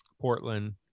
Portland